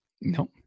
No